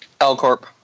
L-Corp